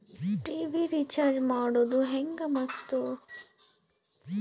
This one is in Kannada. ಟಿ.ವಿ ರೇಚಾರ್ಜ್ ಮಾಡೋದು ಹೆಂಗ ಮತ್ತು?